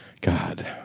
God